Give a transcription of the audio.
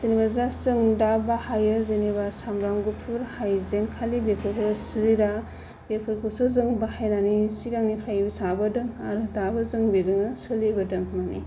जोङो जास्त जों दा बाहायो जेनेबा सामब्राम गुफुर हाइजें खालि बेफोरखौल' जिरा बेफोरखौसो जों बाहायनानै सिगांनिफ्राय जाबोदों आरो दाबो जों बेजोंनो सोलिबोदों माने